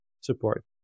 support